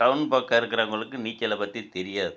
down பக்கம் இருக்கறவங்களுக்கு நீச்சலை பற்றி தெரியாது